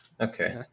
Okay